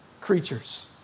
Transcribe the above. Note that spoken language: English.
creatures